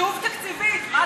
כתוב "תקציבית", מה אתה רוצה?